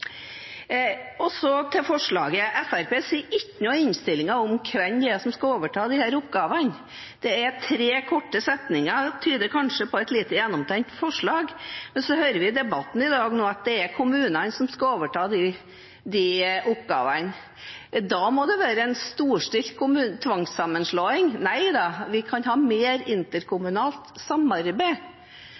Og så til forslaget: Fremskrittspartiet sier ikke noe i innstillingen om hvem som skal overta disse oppgavene. Det er tre korte setninger, det tyder kanskje på et lite gjennomtenkt forslag. Men så hører vi i debatten i dag at det er kommunene som skal overta de oppgavene. Da må det være en storstilt tvangssammenslåing – nei da, vi kan ha mer interkommunalt samarbeid